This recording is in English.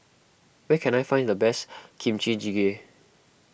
where can I find the best Kimchi Jjigae